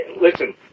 listen